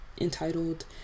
entitled